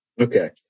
Okay